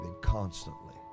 constantly